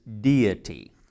deity